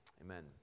Amen